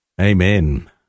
Amen